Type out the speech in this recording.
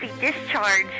discharge